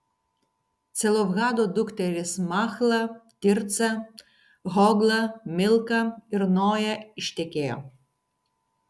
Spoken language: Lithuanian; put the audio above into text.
celofhado dukterys machla tirca hogla milka ir noja ištekėjo